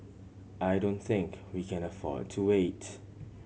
I don't think we can afford to wait